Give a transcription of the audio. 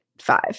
five